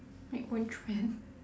my own trend